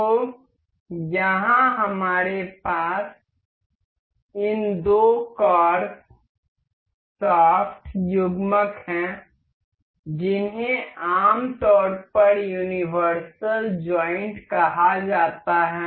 तो यहां हमारे पास इन दो कार्ब्स शाफ्ट युग्मक हैं जिन्हें आमतौर पर यूनिवर्सल जॉइंट कहा जाता है